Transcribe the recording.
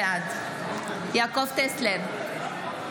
בעד יעקב טסלר,